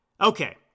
Okay